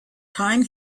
time